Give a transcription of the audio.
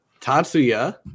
Tatsuya